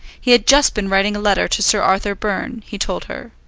he had just been writing a letter to sir arthur byrne, he told her.